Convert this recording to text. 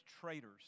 traitors